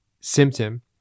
symptom